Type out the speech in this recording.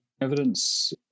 evidence